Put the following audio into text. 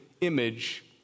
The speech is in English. image